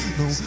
no